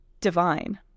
divine